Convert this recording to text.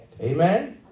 Amen